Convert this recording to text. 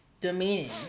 demeaning